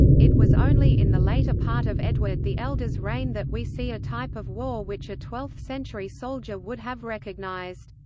it was only in the later part of edward the elder's reign that we see a type of war which a twelfth century soldier would have recognised.